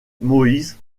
moïse